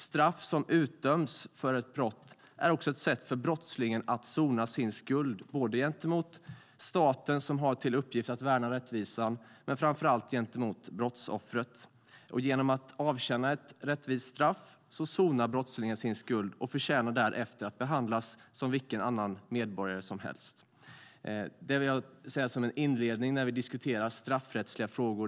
Straff som utdöms för ett brott är också ett sätt för brottslingen att sona sin skuld både gentemot staten, som har till uppgift att värna rättvisan, och framför allt gentemot brottsoffret. Genom att avtjäna ett rättvist straff sonar brottslingen sin skuld och förtjänar därefter att behandlas som vilken annan medborgare som helst. Detta vill jag säga som en inledning när vi diskuterar straffrättsliga frågor.